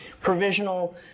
provisional